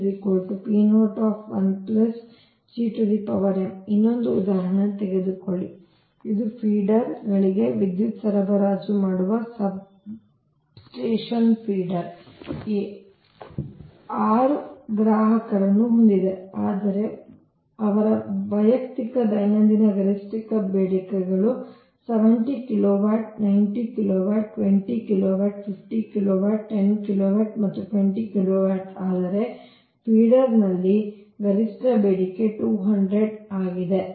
ಇನ್ನೊಂದು ಉದಾಹರಣೆಯನ್ನು ತೆಗೆದುಕೊಳ್ಳಿ ಇದು 4 ಫೀಡರ್ ಗಳಿಗೆ ವಿದ್ಯುತ್ ಸರಬರಾಜು ಮಾಡುವ ಸಬ್ಸ್ಟೇಷನ್ ಫೀಡರ್ A 6 ಗ್ರಾಹಕರನ್ನು ಹೊಂದಿದೆ ಅವರ ವೈಯಕ್ತಿಕ ದೈನಂದಿನ ಗರಿಷ್ಠ ಬೇಡಿಕೆಗಳು 70 kilowatt 90 kilowatt 20 kilowatt 50 kilowatt 10 kilowatt ಮತ್ತು 20 ಕಿಲೋವ್ಯಾಟ್ ಆದರೆ ಫೀಡರ್ನಲ್ಲಿ ಗರಿಷ್ಠ ಬೇಡಿಕೆ 200 ಆಗಿದೆ